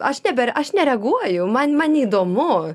aš neber aš nereaguoju man man įdomu